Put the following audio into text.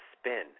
spin